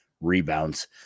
rebounds